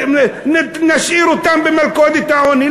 נשאיר אותם במלכודת העוני.